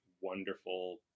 wonderful